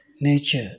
Nature